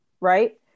Right